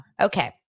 Okay